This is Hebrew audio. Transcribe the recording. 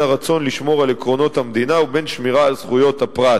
הרצון לשמור על עקרונות המדינה ובין שמירה על זכויות הפרט.